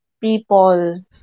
people